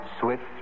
swift